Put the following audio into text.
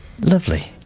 Lovely